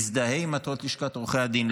מזדהה עם מטרות לשכת עורכי הדין,